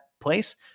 place